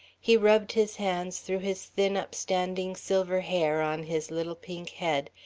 he rubbed his hands through his thin upstanding silver hair on his little pink head,